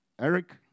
Eric